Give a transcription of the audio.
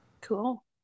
cool